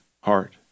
heart